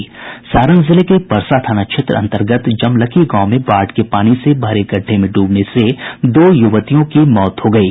सारण जिले के परसा थाना क्षेत्र अंतर्गत जमलकी गांव में बाढ़ के पानी से भरे गड्डे में ड्रबने से दो युवतियों की मौत हो गयी